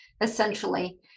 essentially